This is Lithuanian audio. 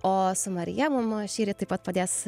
o su marija mums šįryt taip pat padės